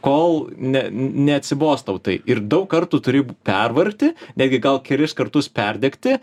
kol ne neatsibos tau tai ir daug kartų turi pervargti netgi gal kelis kartus perdegti